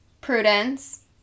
Prudence